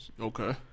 Okay